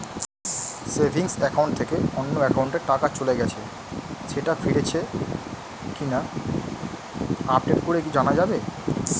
Savings account থেকে অন্য একাউন্টে টাকা চলে গেছে সেটা ফিরেছে কিনা আপডেট করে কি জানা যাবে?